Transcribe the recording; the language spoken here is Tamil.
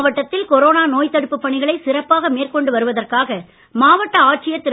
மாவட்டத்தில் கொரோனா நோய்த் தடுப்புப் பணிகளை சிறப்பாக மேற்கொண்டு வருவதற்காக மாவட்ட ஆட்சியர் திரு